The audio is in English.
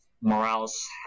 Morales